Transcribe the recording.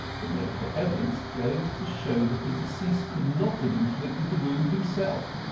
the medical evidence goes to show that the deceased could not have inflicted the wound himself.